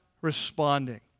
responding